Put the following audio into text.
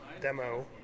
demo